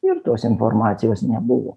ir tos informacijos nebuvo